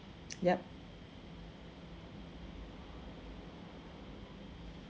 yup